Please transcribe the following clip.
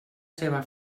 seva